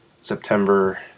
September